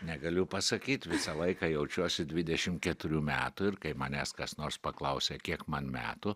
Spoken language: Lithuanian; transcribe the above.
negaliu pasakyt visą laiką jaučiuosi dvidešim keturių metų ir kai manęs kas nors paklausia kiek man metų